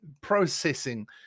Processing